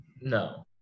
No